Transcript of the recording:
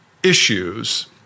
issues